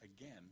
again